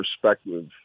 perspective